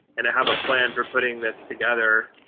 and to have a plan for putting this together,